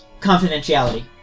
confidentiality